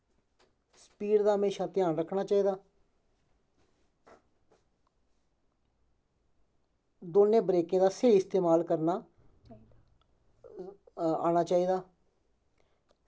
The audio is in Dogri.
स्पीड दा हमेशा ध्यान रक्खना चाहिदा दौनें ब्रेकें दा स्हेई इस्तमाल करना आना चाहिदा